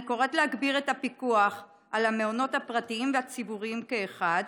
אני קוראת להגביר את הפיקוח על המעונות הפרטיים והציבוריים כאחד